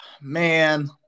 Man